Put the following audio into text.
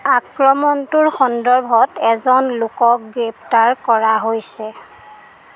আক্ৰমণটোৰ সন্দৰ্ভত এজন লোকক গ্ৰেপ্তাৰ কৰা হৈছে